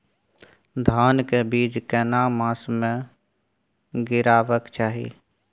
धान के बीज केना मास में गीरावक चाही?